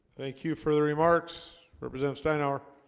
thank you for the remarks represent steinhauer